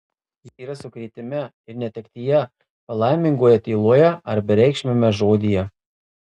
jis yra sukrėtime ir netektyje palaimingoje tyloje ar bereikšmiame žodyje